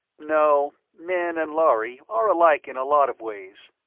no, men and lhari are alike in a lot of ways.